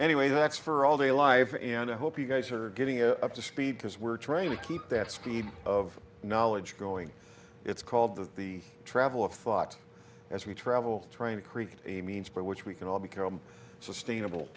anyway that's for all day live and i hope you guys are getting a up to speed because we're trying to keep that speed of knowledge going it's called the the travel of thought as we travel trying to create a means by which we can all become sustainable